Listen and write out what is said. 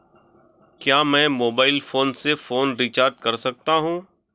क्या मैं mobile phone से फोन रिचार्ज कर सकता हूं?